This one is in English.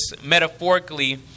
metaphorically